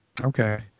Okay